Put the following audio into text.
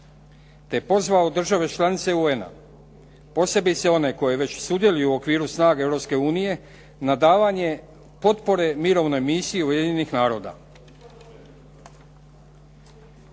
te pozvao države članice UN-a, posebice one koje već sudjeluju u okviru snage Europske unije na davanje potpore Mirovnoj misiji Ujedinjenih naroda.